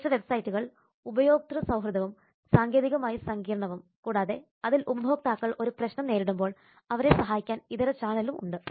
മികച്ച വെബ്സൈറ്റുകൾ ഉപയോക്തൃ സൌഹൃദവും സാങ്കേതികമായി സങ്കീർണ്ണവും കൂടാതെ അതിൽ ഉപഭോക്താക്കൾ ഒരു പ്രശ്നം നേരിടുമ്പോൾ അവരെ സഹായിക്കാൻ ഇതര ചാനലും ഉണ്ട്